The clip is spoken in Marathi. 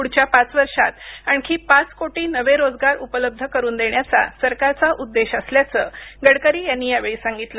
पुढच्या पाच वर्षात आणखी पाच कोटी नवे रोजगार उपलब्ध करून देण्याचा सरकारचा उद्देश असल्याचं गडकरी यांनी यावेळी सांगितलं